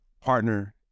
partner